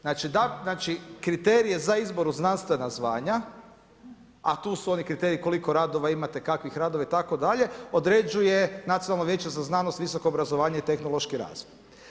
Znači kriterij je za izbor u znanstvena znanja a tu su oni kriteriji koliko radova imate, kakvih radova itd., određuje Nacionalno vijeće za znanost, visoko obrazovanje i tehnološki razvoj.